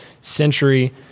century